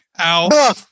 Ow